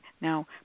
now